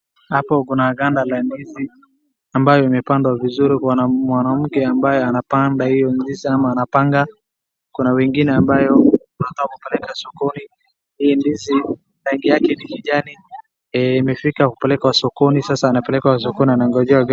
Hapo kuna ganda la ndizi ambayo imepandwa vizuri, kuna mwanamke ambaye anapanda hiyo ndizi ama anapanga, kuna wengine ambao wanataka kupeleka sokoni hii ndizi. Rangi yake ni kijani, imefika kupelekwa sokoni sasa anapeleka sokoni anangojea gari.